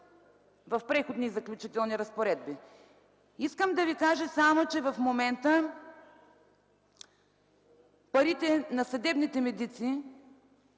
в Преходните и заключителни разпоредби. Искам да ви кажа само, че в момента парите на съдебните медици